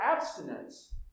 abstinence